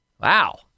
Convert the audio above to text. Wow